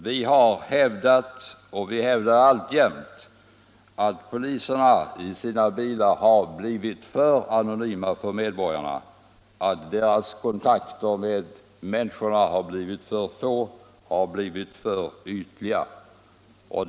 Vi har hävdat och hävdar alltjämt att poliserna i sina bilar har blivit för anonyma för medborgarna och att deras kontakter med människorna har blivit för få och för ytliga.